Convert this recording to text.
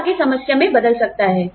यह आगे समस्या में बदल सकता है